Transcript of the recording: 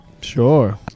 Sure